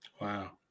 Wow